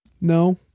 no